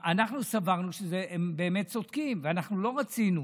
שהם באמת צודקים, ולא רצינו